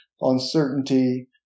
uncertainty